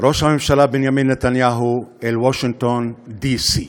ראש הממשלה בנימין נתניהו אל וושינגטון די.סי.,